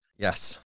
Yes